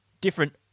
different